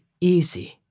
easy